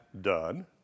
done